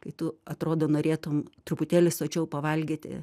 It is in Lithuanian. kai tu atrodo norėtum truputėlį sočiau pavalgyti